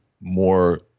more